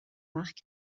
mark